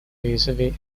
вызовы